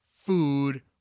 food